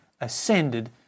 ascended